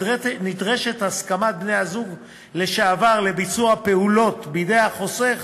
נדרשת הסכמת בן-הזוג לשעבר לביצוע פעולות בידי החוסך,